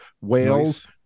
whales